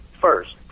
first